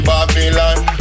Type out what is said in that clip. Babylon